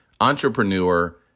entrepreneur